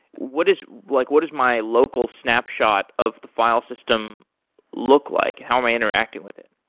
what is like what is my local snapshot of the file system look like? how am i interacting with it?